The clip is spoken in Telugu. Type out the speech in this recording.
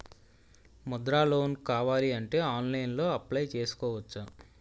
ముద్రా లోన్ కావాలి అంటే ఆన్లైన్లో అప్లయ్ చేసుకోవచ్చా?